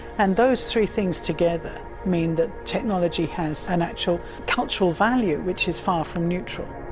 and those three things together mean that technology has an actual cultural value which is far from neutral.